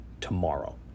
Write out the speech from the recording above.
tomorrow